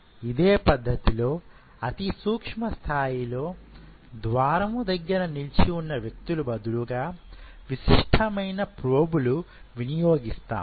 ఇదే పద్ధతిలో అతి సూక్ష్మ స్థాయిలో ద్వారము దగ్గర నిలిచి ఉన్న వ్యక్తుల బదులుగా విశిష్టమైన ప్రోబులు వినియోగిస్తాము